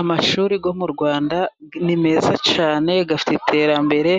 Amashuri yo mu Rwanda ni meza cyane afite iterambere,